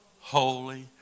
holy